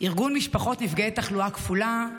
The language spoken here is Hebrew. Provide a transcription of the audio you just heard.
ארגון משפחות נפגעי תחלואה כפולה,